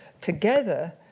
Together